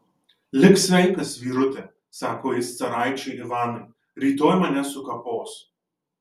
lik sveikas vyruti sako jis caraičiui ivanui rytoj mane sukapos